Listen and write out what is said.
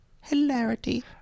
hilarity